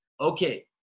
okay